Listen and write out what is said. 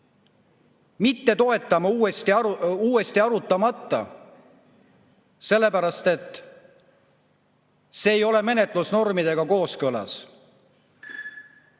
mitte toetama uuesti arutamata, sellepärast et see ei ole menetlusnormidega kooskõlas.